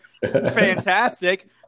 Fantastic